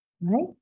right